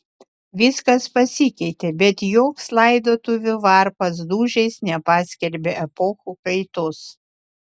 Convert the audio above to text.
viskas pasikeitė bet joks laidotuvių varpas dūžiais nepaskelbė epochų kaitos